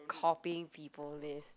copying people list